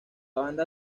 banda